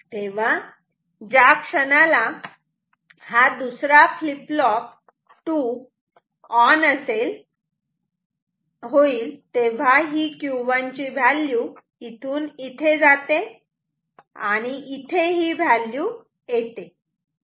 तेव्हा ज्या क्षणाला हा दुसरा फ्लीप फ्लॉप 2 ऑन होईल तेव्हा ही Q1 ची व्हॅल्यू इथून इथे जाते आणि इथे ही व्हॅल्यू येते